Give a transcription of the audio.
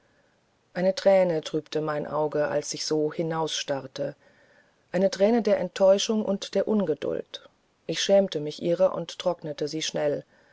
eine thräne trübte mein auge als ich so hinausstarrte eine thräne der enttäuschung und der ungeduld ich schämte mich ihrer und trocknete sie schnell